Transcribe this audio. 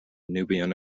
nubian